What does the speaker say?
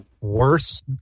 worse